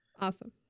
awesome